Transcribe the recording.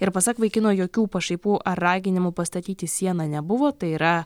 ir pasak vaikino jokių pašaipų ar raginimų pastatyti sieną nebuvo tai yra